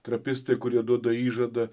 trapistai kurie duoda įžadą